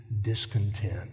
Discontent